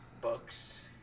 books